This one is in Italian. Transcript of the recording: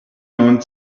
non